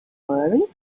worried